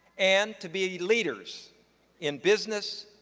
and to be leaders in business,